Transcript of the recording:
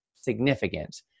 significant